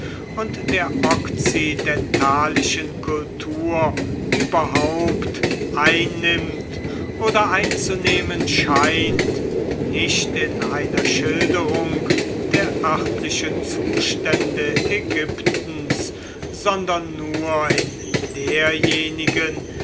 und der okzidentalischen kultur überhaupt einnimmt oder einzunehmen scheint nicht in einer schilderung der örtlichen zustände ägyptens sondern nur in derjenigen